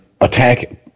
attack